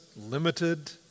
limited